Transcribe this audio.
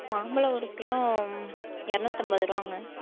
மாம்பழம் ஒரு கிலோ இரநூத்தம்பது ரூபாங்க